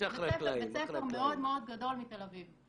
בית ספר מאוד גדול מתל אביב.